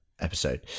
episode